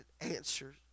answers